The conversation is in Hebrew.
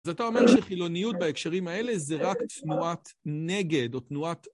אז אתה אומר שחילוניות בהקשרים האלה זה רק תנועת נגד, או תנועת...